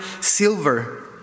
silver